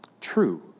True